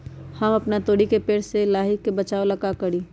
हम अपना तोरी के पेड़ के लाही से बचाव ला का करी?